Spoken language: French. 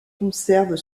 conserve